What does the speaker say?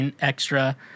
extra